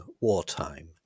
wartime